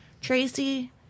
Tracy